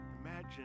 Imagine